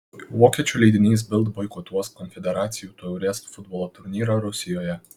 vokiečių leidinys bild boikotuos konfederacijų taurės futbolo turnyrą rusijoje